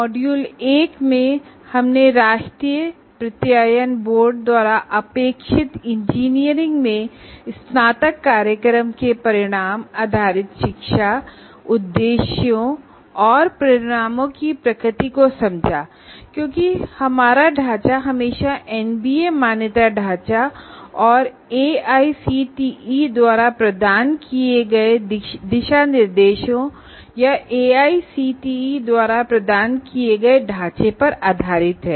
module 1 में हमने national board of accreditation द्वारा अपेक्षित इंजीनियरिंग में स्नातक प्रोग्राम के आउटकम बेस्ड एजुकेशन के उद्देश्यों और परिणामों की प्रकृति को समझा क्योंकि हमारा ढांचा हमेशा एनबीए एक्रेडिटेशन या एआईसीटीई द्वारा प्रदान किए गए दिशा निर्देश या एआईसीटीई द्वारा प्रदान किए गए ढांचे पर आधारित है